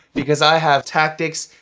because i have tactics,